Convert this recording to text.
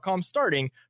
starting